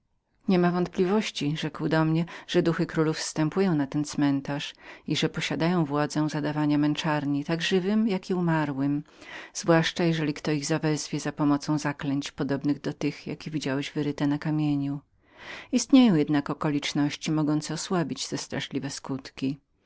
nie ma wątpliwości rzekł do mnie że duchy królów zstępują na ten cmentarz i że posiadają władzę zadawania męczarni tak żywym jako i umarłym zwłaszcza jeżeli kto ich zawezwie za pomocą zaklęć podobnych do tych jakie seor widziałeś wyryte na kamieniu są przecież okoliczności mogące osłabić te straszliwe skutki